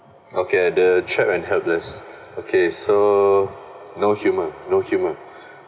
okay the trapped and helpless okay so no humour no humour